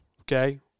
okay